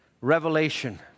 Revelation